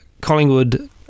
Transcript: Collingwood